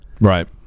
Right